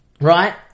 right